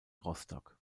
rostock